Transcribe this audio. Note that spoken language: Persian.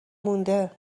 مونده